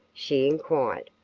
she inquired.